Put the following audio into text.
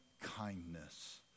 kindness